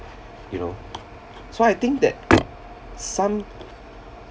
you know so I think that some